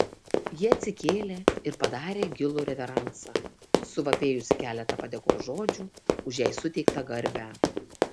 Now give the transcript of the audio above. ji atsikėlė ir padarė gilų reveransą suvapėjusi keletą padėkos žodžių už jai suteiktą garbę